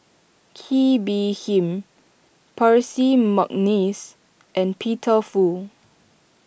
Kee Bee Khim Percy McNeice and Peter Fu